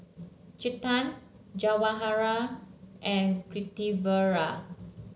Chetan Jawaharlal and Pritiviraj